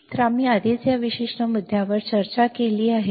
तर आम्ही आधीच या विशिष्ट मुद्द्यावर चर्चा केली आहे